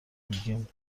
میگیم